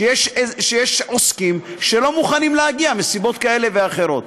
שיש עוסקים שלא מוכנים להגיע מסיבות כאלה ואחרות.